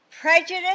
prejudice